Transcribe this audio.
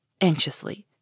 anxiously